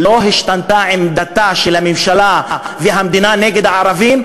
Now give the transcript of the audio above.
לא השתנתה עמדתה של הממשלה ושל המדינה נגד הערבים,